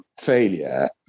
failure